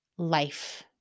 Life